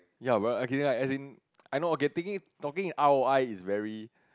ya bruh as in I know okay thinking talking in R_O_I is very